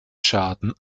schaden